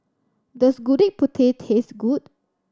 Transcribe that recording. does Gudeg Putih taste good